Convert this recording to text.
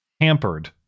hampered